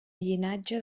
llinatge